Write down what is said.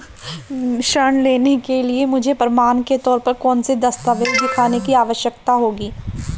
ऋृण लेने के लिए मुझे प्रमाण के तौर पर कौनसे दस्तावेज़ दिखाने की आवश्कता होगी?